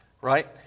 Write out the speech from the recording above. right